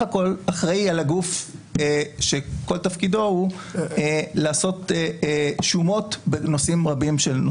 הכול אחראי על הגוף שכל תפקידו הוא לעשות שומות בנושאים רבים.